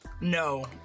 No